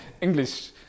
English